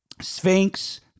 Sphinx